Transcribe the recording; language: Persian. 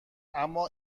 اما